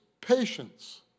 patience